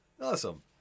awesome